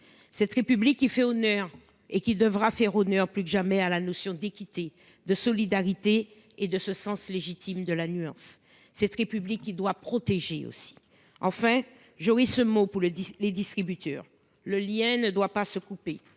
cette république qui fait honneur et qui devra faire honneur plus que jamais à la notion d'équité, de solidarité et de ce sens légitime de la nuance cette république qui doit protéger aussi enfin j'ce mot pour le dire. Les distributeurs le lien ne doit pas se couper